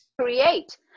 Create